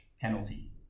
penalty